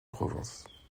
province